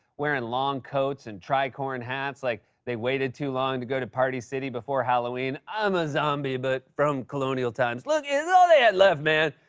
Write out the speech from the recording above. wearing long coats and tricorn hats like they waited too long to go to party city before halloween. i'm a zombie, but from colonial times. look, it's all they had left, man.